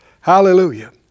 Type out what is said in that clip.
Hallelujah